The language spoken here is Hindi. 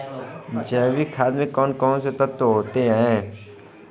जैविक खाद में कौन कौन से तत्व होते हैं?